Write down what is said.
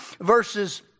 Verses